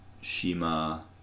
shima